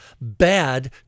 bad